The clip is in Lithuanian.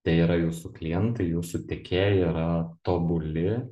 tai yra jūsų klientai jūsų tiekėjai yra tobuli